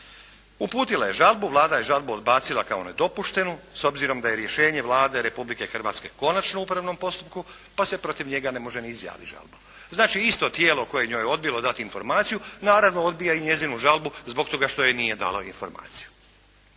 Uputila je žalbu, Vlada je žalbu odbacila kao nedopuštenu s obzirom da je rješenje Vlade Republike Hrvatske konačno u upravnom postupku pa se protiv njega ne može ni izjaviti žalba. Znači, isto tijelo koje je njoj odbilo dati informaciju naravno odbija i njezinu žalbu zbog toga što joj nije dalo informaciju.